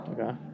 okay